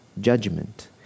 judgment